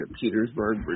Petersburg